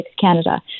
Canada